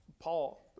Paul